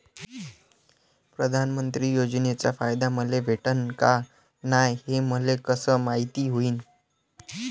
प्रधानमंत्री योजनेचा फायदा मले भेटनं का नाय, हे मले कस मायती होईन?